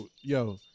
yo